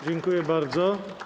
Dziękuję bardzo.